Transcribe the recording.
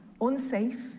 unsafe